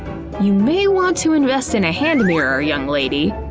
you may want to invest in a hand mirror, young lady.